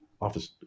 office